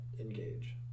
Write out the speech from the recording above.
engage